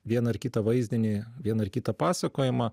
vieną ar kitą vaizdinį vieną ar kitą pasakojimą